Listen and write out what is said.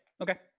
okay